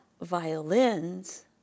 violins